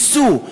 ניסו,